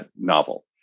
novel